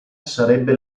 sarebbe